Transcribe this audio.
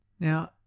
Now